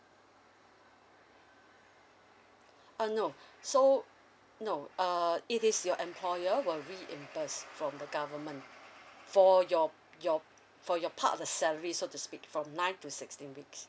uh no so no uh it is your employer will reimburse from the government for your your for your part of the salary so to speak from nine to sixteen weeks